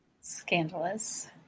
scandalous